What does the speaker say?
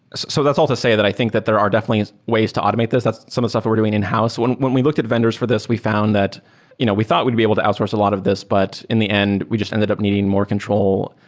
so that's all to say that i think that there are definitely ways to automate this. that's some of the stuff we're doing in-house when when we looked at vendors for this, we found that you know we thought would be able to outsource a lot of this, but in the end, we just ended up needing more control.